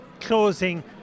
closing